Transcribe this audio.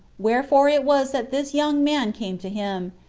wherefore it was that this young man came to him,